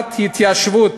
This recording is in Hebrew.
הקמת התיישבות